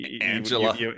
Angela